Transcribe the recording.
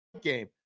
game